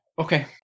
Okay